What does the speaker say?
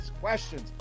questions